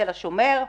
תל השומר.